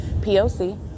POC